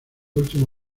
último